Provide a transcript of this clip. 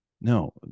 No